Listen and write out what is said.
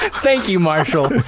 thank you marshall,